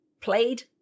played